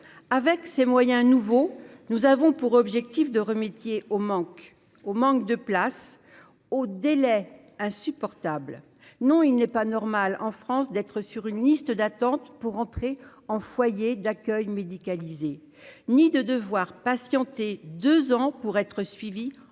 avec ses moyens nouveaux, nous avons pour objectif de remédier au manque, au manque de place aux délais insupportables, non il n'est pas normal en France d'être sur une liste d'attente pour rentrer en foyer d'accueil médicalisé, ni de devoir patienter 2 ans pour être suivis